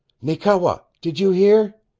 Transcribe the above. nee-kewa, did you hear?